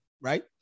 right